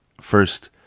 first